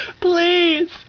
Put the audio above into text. Please